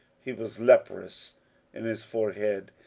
he was leprous in his forehead,